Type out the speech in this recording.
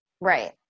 Right